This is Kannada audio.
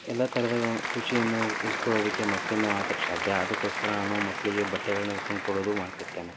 ಎಲ್ಲ ಥರದ ಖುಷಿಯನ್ನು ಇಸ್ಕೊಳ್ಳೋದಕ್ಕೆ ಮಕ್ಕಳಿಂದ ಮಾತ್ರ ಸಾಧ್ಯ ಅದಕ್ಕೋಸ್ಕರ ನಾನು ಮಕ್ಕಳಿಗೆ ಬಟ್ಟೆಗಳನ್ನು ತಂದು ಕೊಡೋದು ಮಾಡ್ತಿರ್ತೇನೆ